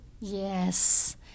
Yes